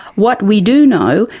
what we do know,